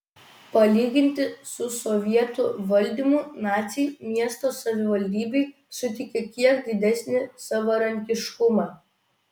palyginti su sovietų valdymu naciai miesto savivaldybei suteikė kiek didesnį savarankiškumą